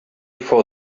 for